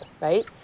right